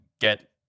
get